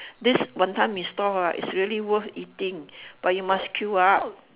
this wanton-mee store ah is really worth eating but you must queue up